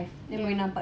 mm